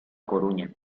coruña